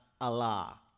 Allah